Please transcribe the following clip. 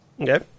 Okay